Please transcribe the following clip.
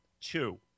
Two